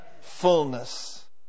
Fullness